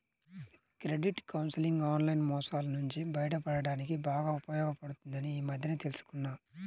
credit counselling online మోసాల నుంచి బయటపడడానికి బాగా ఉపయోగపడుతుందని ఈ మధ్యనే తెల్సుకున్నా